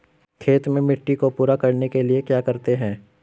खेत में मिट्टी को पूरा करने के लिए क्या करते हैं?